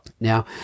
Now